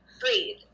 breathe